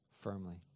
firmly